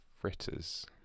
fritters